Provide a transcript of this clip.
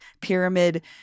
pyramid